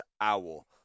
owl